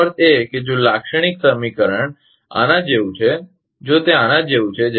તેનો અર્થ એ કે જો લાક્ષણિક સમીકરણ આના જેવું છે જો તે આના જેવું છે